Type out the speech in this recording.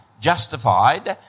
justified